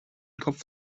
kopf